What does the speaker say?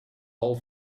all